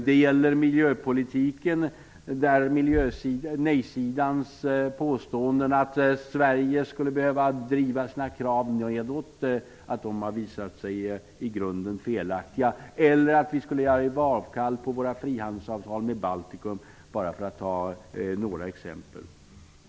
Det kan gälla miljöpolitiken, där nej-sidans påståenden att Sverige skulle behöva driva sina krav nedåt har visat sig i grunden felaktiga, liksom påståenden att vi skulle behöva göra avkall på vårt frihandelsavtal med Baltikum -- bara för att nämna några exempel.